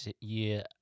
year